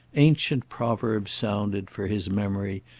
ancient proverbs sounded, for his memory,